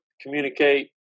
communicate